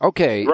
Okay